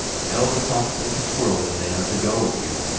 tell the fox and the squirrel that they are to go with you,